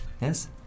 Yes